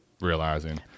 realizing